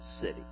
city